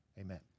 amen